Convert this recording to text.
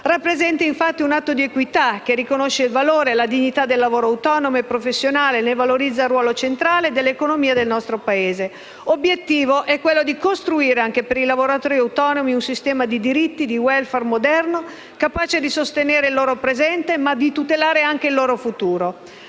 Rappresenta, infatti, un atto di equità che riconosce il valore e la dignità del lavoro autonomo e professionale e ne valorizza il ruolo centrale nell'economia del nostro Paese. L'obiettivo principale è costruire anche per i lavoratori autonomi un sistema di diritti e di *welfare* moderno capace di sostenere il loro presente e tutelare il loro futuro,